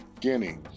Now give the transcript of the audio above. Guinea